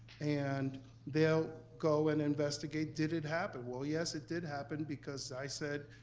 and they'll go and investigate, did it happen? well, yes, it did happen because i said,